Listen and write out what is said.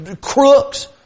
crooks